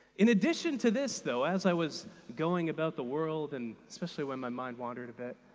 in addition to this, though, as i was going about the world and especially when my mind wandered a bit,